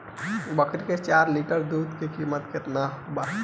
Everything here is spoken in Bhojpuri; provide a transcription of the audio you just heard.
बकरी के चार लीटर दुध के किमत केतना बा?